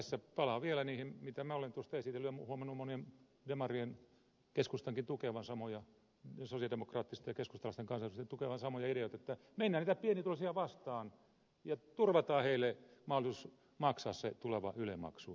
tässä palaan vielä siihen mitä minä olen esitellyt ja huomannut monien sosialidemokraattisten ja keskustalaisten kansanedustajien tukevan samoja ideoita että mennään niitä pienituloisia vastaan ja turvataan heille mahdollisuus maksaa se tuleva yle maksu